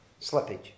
Slippage